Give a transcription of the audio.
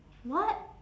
what